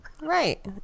Right